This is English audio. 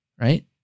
right